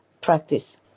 practice